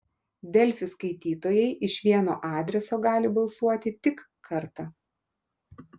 delfi skaitytojai iš vieno adreso gali balsuoti tik kartą